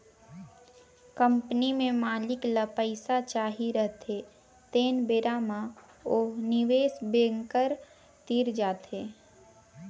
company में मालिक ल पइसा चाही रहथें तेन बेरा म ओ ह निवेस बेंकर तीर जाथे